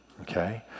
Okay